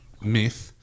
myth